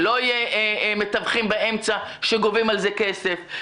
שלא יהיו מתווכים באמצע שגובים על זה כסף,